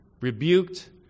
rebuked